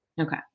Okay